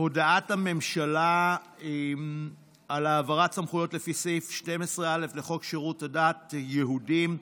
הודעת הממשלה על העברת סמכויות לפי סעיף 12א לחוק שירותי הדת היהודים,